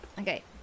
Okay